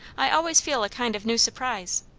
i always feel a kind of new surprise.